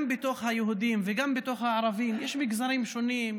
גם בקרב היהודים וגם בקרב הערבים יש מגזרים שונים,